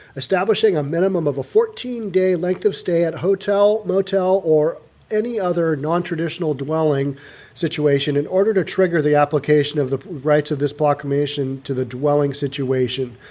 establishing a minimum of a fourteen day length of stay at hotel motel or any other non traditional dwelling situation in order to trigger the application of the rights of this block nation to the dwelling situation.